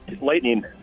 Lightning